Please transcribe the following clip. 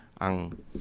Ang